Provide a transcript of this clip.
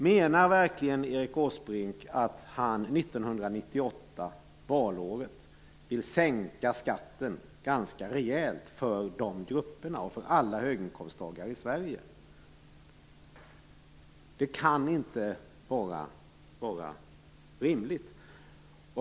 Menar verkligen Erik Åsbrink att han 1998, valåret, vill sänka skatten ganska rejält för de här grupperna och för alla höginkomsttagare i Sverige? Det kan inte vara rimligt.